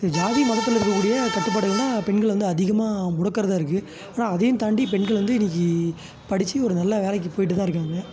இது ஜாதி மதத்தில் இருக்கக்கூடிய கட்டுப்பாடுகள் தான் பெண்களை வந்து அதிகமாக முடக்கிறதா இருக்குது ஆனால் அதையும் தாண்டி பெண்கள் வந்து இன்றைக்கி படித்து ஒரு நல்ல வேலைக்கு போய்கிட்டு தான் இருக்காங்க